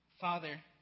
Father